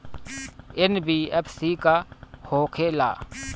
NBFC का होंखे ला?